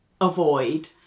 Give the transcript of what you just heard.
avoid